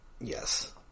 Yes